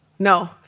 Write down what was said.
No